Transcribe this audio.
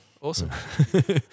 Awesome